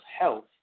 health